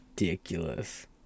Ridiculous